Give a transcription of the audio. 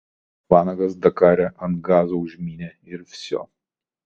vanagas dakare ant gazo užmynė ir vsio